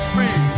Free